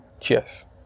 Cheers